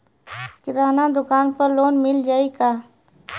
किराना दुकान पर लोन मिल जाई का?